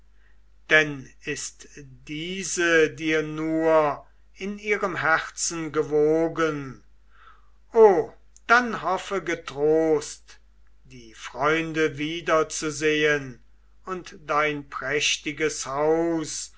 denn ist diese dir nur in ihrem herzen gewogen o dann hoffe getrost die freunde wiederzusehen und dein prächtiges haus